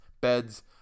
beds